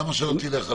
למה שלא תלך עליו?